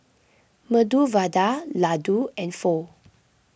Medu Vada Ladoo and Pho